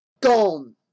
Gone